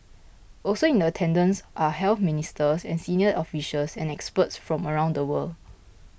also in attendance are health ministers senior officials and experts from around the world